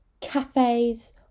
cafes